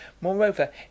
Moreover